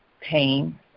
pain